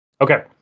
Okay